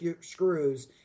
screws